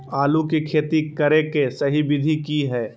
आलू के खेती करें के सही विधि की हय?